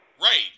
right